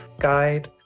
guide